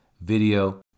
video